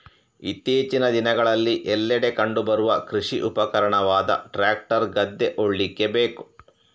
ಇತ್ತೀಚಿನ ದಿನಗಳಲ್ಲಿ ಎಲ್ಲೆಡೆ ಕಂಡು ಬರುವ ಕೃಷಿ ಉಪಕರಣವಾದ ಟ್ರಾಕ್ಟರ್ ಗದ್ದೆ ಉಳ್ಳಿಕ್ಕೆ ಬೇಕು